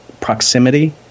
proximity